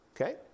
Okay